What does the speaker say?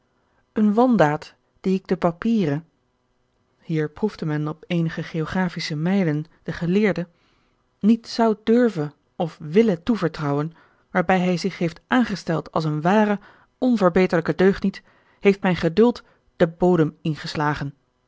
eene wandaad die ik den papiere hier proefde men op eenige geographische mijlen den geleerde niet zou durven of willen toevertrouwen waarbij hij zich heeft aangesteld als een ware onverbeterlijke deugniet heeft mijn geduld den bodem ingeslagen